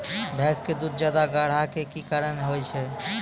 भैंस के दूध ज्यादा गाढ़ा के कि कारण से होय छै?